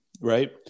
right